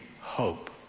hope